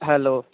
hello